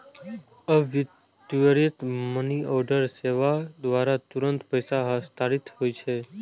आब त्वरित मनीऑर्डर सेवा द्वारा तुरंत पैसा हस्तांतरित होइ छै